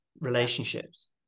relationships